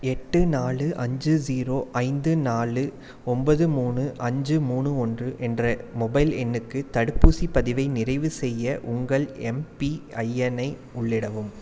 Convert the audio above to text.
எட்டு நாலு அஞ்சு ஸீரோ ஐந்து நாலு ஒன்பது மூணு அஞ்சு மூணு ஒன்று என்ற மொபைல் எண்ணுக்கு தடுப்பூசிப் பதிவை நிறைவுச்செய்ய உங்கள் எம்பிஐஎன்னை உள்ளிடவும்